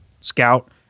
scout